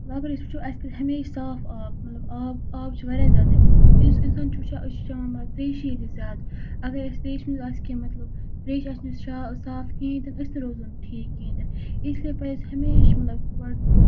وَ اَگر أسۍ وٕچھو اَسہِ پَزِ ہمیشہِ صاف آب مطلب آب آب چھُ واریاہ زیادٕ یُس اِنسان چھُ وٕچھان أسۍ چھِ چٮ۪وان تیٚشی ییٚتہِ زیادٕ اَگرأسۍ تیٚشہِ منٛز آسہِ کیٚنٛہہ مطلب تریٚش آسہِ نہٕ صاف کِہیٖنۍ تہِ نہٕ أسۍ نہِ روزو نہٕ ٹھیٖک کِہیٖنۍ تہِ نہٕ اِسلیے پَزِ ہمیشہِ مطلب گۄڈٕ